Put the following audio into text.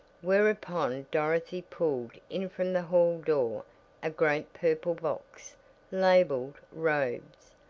whereupon dorothy pulled in from the hall door a great purple box labeled robes.